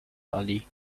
ali